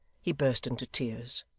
he burst into tears.